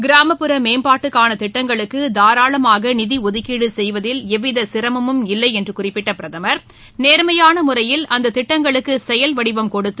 கிராமப்புற மேம்பாட்டுக்கான திட்டங்களுக்கு தாராளமாக நிதி ஒதுக்கீடு செய்வதில் எவ்வித சிரமமும் இல்லை என்று குறிப்பிட்ட பிரதமர் நேர்மையான முறையில் அந்த திட்டங்களுக்கு செயல்வடிவம் கொடுத்து